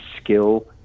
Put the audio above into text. skill